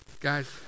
Guys